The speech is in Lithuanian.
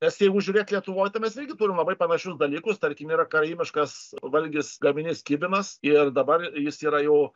nes jeigu žiūrėt lietuvoj tai mes irgi turim labai panašius dalykus tarkim yra karaimiškas valgis gaminys kibinas ir dabar jis yra jau